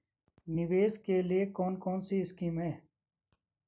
निवेश के लिए कौन कौनसी स्कीम हैं?